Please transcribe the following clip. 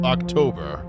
October